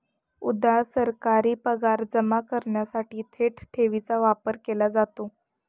उदा.सरकारी पगार जमा करण्यासाठी थेट ठेवीचा वापर केला जातो